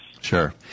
Sure